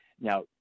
now